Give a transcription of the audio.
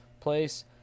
place